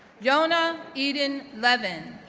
yona eden levin,